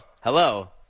hello